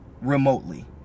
remotely